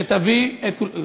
שתביא, לא